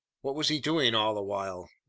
what was he doing all the while?